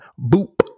Boop